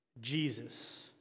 Jesus